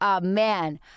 Man